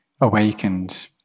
awakened